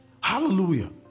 hallelujah